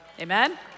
amen